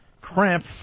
Cramp